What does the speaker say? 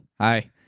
Hi